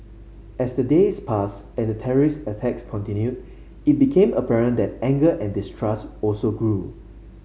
as the days passed and the terrorist attacks continued it became apparent that anger and distrust also grew